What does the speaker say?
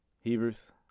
Hebrews